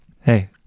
Hey